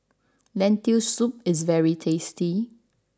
Lentil Soup is very tasty